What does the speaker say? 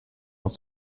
aus